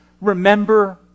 remember